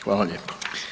Hvala lijepa.